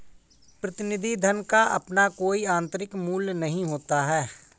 प्रतिनिधि धन का अपना कोई आतंरिक मूल्य नहीं होता है